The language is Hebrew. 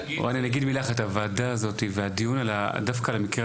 הוועדה הזאת והדיון דווקא על המקרה